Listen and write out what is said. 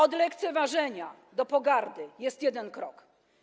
Od lekceważenia do pogardy jest jeden krok.